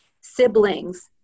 siblings